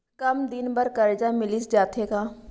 कम दिन बर करजा मिलिस जाथे का?